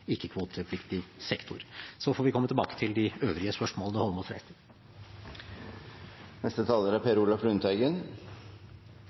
ikke-kvotepliktig sektor. Så får vi komme tilbake til de øvrige spørsmålene fra Eidsvoll Holmås.